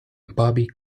bobby